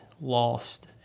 lost